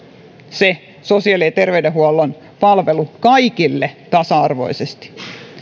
sosiaali ja terveydenhuollon palvelu kaikille tasa arvoisesti